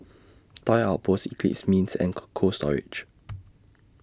Toy Outpost Eclipse Mints and Cold Cold Storage